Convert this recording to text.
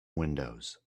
windows